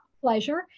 pleasure